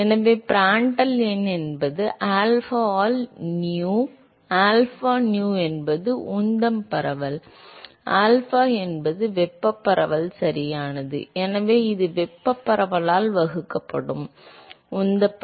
எனவே பிராண்டல் எண் என்பது ஆல்பாவால் nu ஆல்ஃபா nu என்பது உந்தம் பரவல் ஆல்பா என்பது வெப்பப் பரவல் சரியானது எனவே இது வெப்பப் பரவலால் வகுக்கப்படும் உந்தப் பரவல்